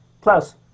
Plus